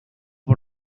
por